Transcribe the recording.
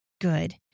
good